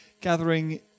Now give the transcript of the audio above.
gathering